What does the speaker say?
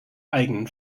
eigenen